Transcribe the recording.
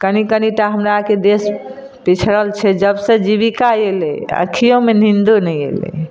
कनी कनी तऽ हमरा आरके देश पिछड़ल छै जब से जीबिका अयलै अँखियोंमे नींदो नहि अयलै